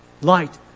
light